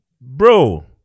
bro